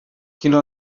quina